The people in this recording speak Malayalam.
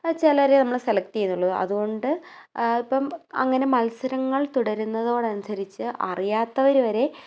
ചിലരെ നമ്മൾ സെലെക്റ്റ് ചെയ്യുന്നുള്ളൂ അതുകൊണ്ട് ഇപ്പം അങ്ങനെ മത്സരങ്ങൾ തുടരുന്നതോടനുസരിച്ച് അറിയാത്തവർ വരെ